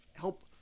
help